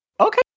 Okay